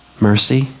Mercy